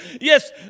Yes